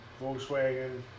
Volkswagen